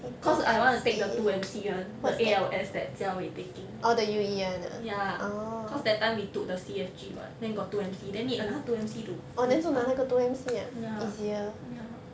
cause I wanna take the two M_C [one] the A_L_S that jia wei taking ya cause that time we took the C_F_G [what] then got two M_C then need another two M_C to full lah ya ya